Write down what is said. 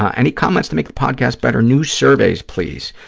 ah any comments to make the podcast better? new surveys, please,